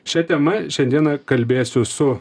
šia tema šiandieną kalbėsiu su